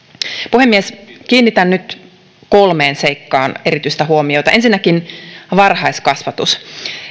puhemies kiinnitän nyt kolmeen seikkaan erityistä huomiota ensinnäkin varhaiskasvatus